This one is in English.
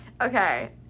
Okay